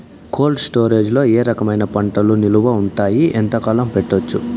Cold storage లో ఏ రకమైన పంటలు నిలువ ఉంటాయి, ఎంతకాలం పెట్టొచ్చు?